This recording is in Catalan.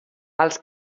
els